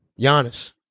Giannis